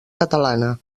catalana